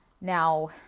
Now